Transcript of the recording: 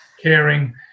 caring